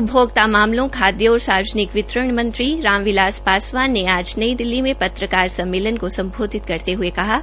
उपभोक्ता मामलों खाद्य और सार्वजनिक वितरण मंत्री राम बिलास पासवान ने आज नई दिल्ली में पत्रकार सम्मेलन को सम्बोधित करते हये कहा